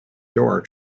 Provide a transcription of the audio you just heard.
door